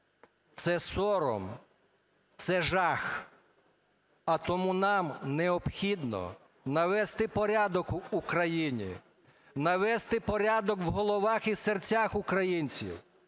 Це сором. Це жах. А тому нам необхідно навести порядок в Україні. Навести порядок у головах і серцях українців.